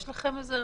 יש לכם רעיון?